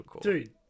dude